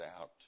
out